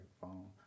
phone